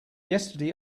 yesterday